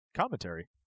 Commentary